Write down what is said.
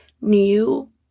new